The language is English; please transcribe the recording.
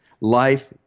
life